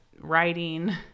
writing